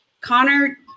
Connor